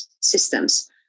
systems